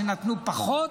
כשנתנו פחות,